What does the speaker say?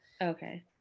Okay